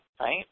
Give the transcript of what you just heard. right